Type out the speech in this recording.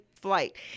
flight